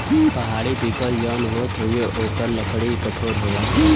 पहाड़ी पीपल जौन होत हउवे ओकरो लकड़ी कठोर होला